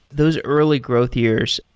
those early growth years,